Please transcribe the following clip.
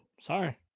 Sorry